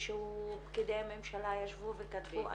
שפקידי ממשלה ישבו וכתבו.